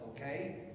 okay